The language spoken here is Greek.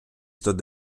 στον